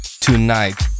Tonight